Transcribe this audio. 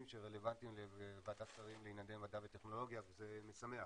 שרלוונטיים לוועדת שרים לענייני מדע וטכנולוגיה וזה משמח.